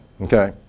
Okay